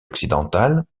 occidentale